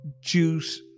juice